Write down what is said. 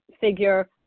figure